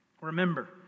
Remember